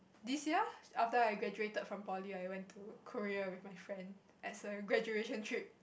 this year after I graduated from poly I went to Korea with my friend as a graduation trip